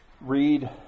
read